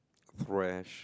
fresh